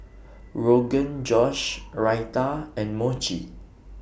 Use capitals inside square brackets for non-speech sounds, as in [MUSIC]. Rogan Josh Raita and Mochi [NOISE]